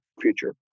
future